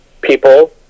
people